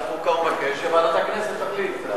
הוא מבקש ועדת חוקה, אז שוועדת הכנסת תחליט.